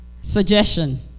suggestion